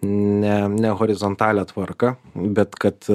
ne ne horizontalią tvarką bet kad